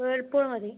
Whirlpool മതി